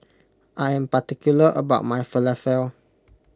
I am particular about my Falafel